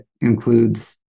includes